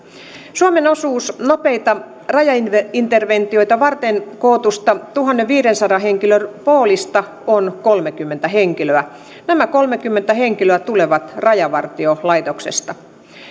suomen osuus nopeita rajainterventioita varten kootusta tuhannenviidensadan henkilön poolista on kolmekymmentä henkilöä nämä kolmekymmentä henkilöä tulevat rajavartiolaitoksesta